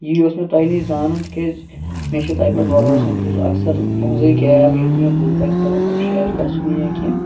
یی اوس مےٚ تۄہہِ نِش زانُن تکیاز مےٚ چھُ تۄہہِ پٮ۪ٹھ بَروسہٕ بہٕ چھُس اَکثَر تُہٕنٛزٕے کیب ییٚلہِ تہِ مےٚ بُک آسہِ کَرُن کُنہِ جاے آسہِ گَژھُن یا کینٛہہ